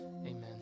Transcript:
Amen